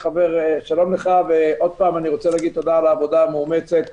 שוב אני רוצה לומר תודה על העבודה המאומצת